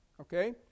Okay